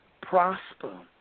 prosper